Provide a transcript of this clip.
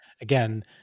again